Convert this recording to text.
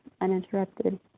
uninterrupted